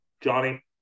Johnny